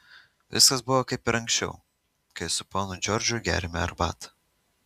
viskas buvo kaip ir anksčiau kai su ponu džordžu gėrėme arbatą